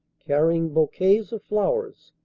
carrying bou quets of flowers.